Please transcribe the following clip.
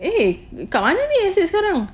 eh kat mana ni sekarang